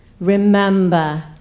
remember